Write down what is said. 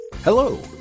Hello